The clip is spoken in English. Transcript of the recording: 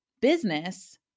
business